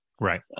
right